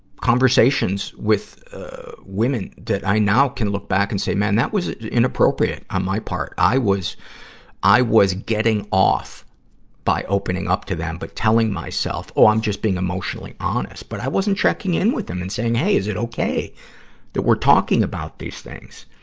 conversations with women that i now can look back and say, man, that was inappropriate on my part. i was i was getting off by opening up to them, but telling myself, oh, i'm just being emotionally honest, but i wasn't checking in with them and saying, hey, is it ok that we're talking about these things?